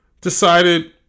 decided